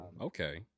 okay